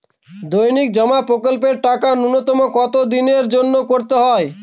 দৈনিক জমা প্রকল্পের টাকা নূন্যতম কত দিনের জন্য করতে হয়?